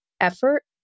effort